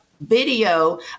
video